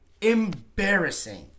Embarrassing